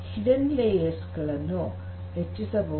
hidden ಪದರಗಳನ್ನು ಹೆಚ್ಚಿಸಬಹುದು